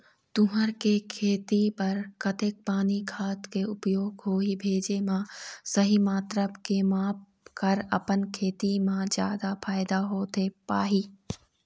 तुंहर के खेती बर कतेक पानी खाद के उपयोग होही भेजे मा सही मात्रा के माप कर अपन खेती मा जादा फायदा होथे पाही?